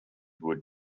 would